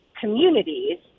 communities